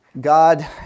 God